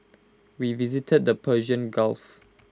we visited the Persian gulf